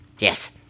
Yes